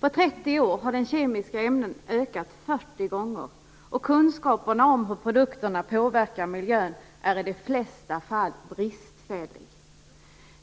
På 30 år har de kemiska ämnena ökat 40 gånger, och kunskaperna om hur produkterna påverkar miljön är i de flesta fall bristfälliga.